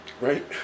Right